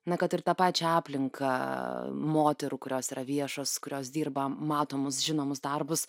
na kad ir tą pačią aplinką moterų kurios yra viešos kurios dirba matomus žinomus darbus